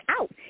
out